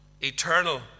eternal